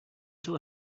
until